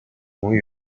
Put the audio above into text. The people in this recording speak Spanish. muy